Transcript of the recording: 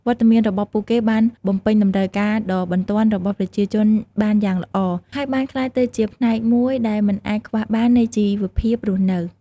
វត្តមានរបស់ពួកគេបានបំពេញតម្រូវការដ៏បន្ទាន់របស់ប្រជាជនបានយ៉ាងល្អ ហើយបានក្លាយទៅជាផ្នែកមួយដែលមិនអាចខ្វះបាននៃជីវភាពរស់នៅ។